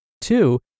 two